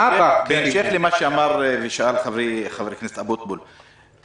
בהמשך למה שאמר ושאל חברי חבר הכנסת אבוטבול,